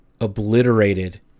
obliterated